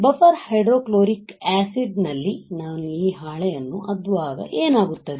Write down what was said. buffer hydrochloric ಆಸಿಡ್ನಲ್ಲಿ ನಾನು ಈ ಹಾಳೆಯನ್ನು ಅದ್ದುವಾಗ ಏನಾಗುತ್ತದೆ